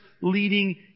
leading